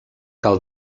cal